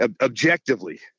objectively